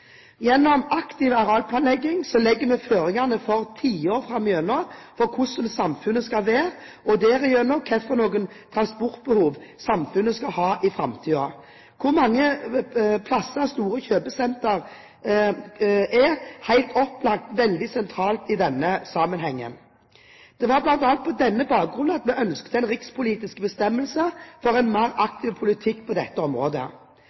Gjennom aktiv arealplanlegging legger vi føringene for tiår framover for hvordan samfunnet skal være, og derigjennom hvilket transportbehov samfunnet vil ha i framtiden. Hvor man plasserer store kjøpesentre, er helt opplagt veldig sentralt i denne sammenhengen. Det var bl.a. på denne bakgrunn vi ønsket en rikspolitisk bestemmelse for en mer aktiv politikk på dette området.